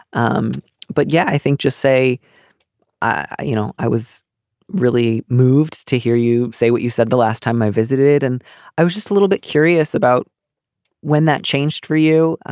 um but yeah i think just say you know i was really moved to hear you say what you said the last time i visited and i was just a little bit curious about when that changed for you.